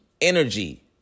energy